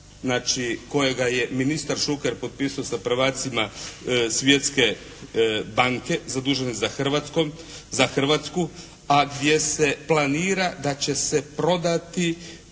kojega je ministar Šuker potpisao sa prvacima Svjetske banke, zadužene za Hrvatsku, a gdje se planira da će se prodati